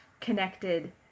connected